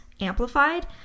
amplified